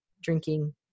drinking